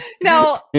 Now